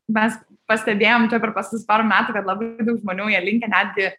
mes pastebėjom čia per pas pora metų kad labai daug žmonių jie linkę netgi